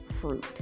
fruit